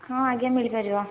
ହଁ ଆଜ୍ଞା ମିଳି ପାରିବ